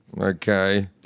okay